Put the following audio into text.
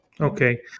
Okay